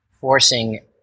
forcing